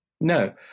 No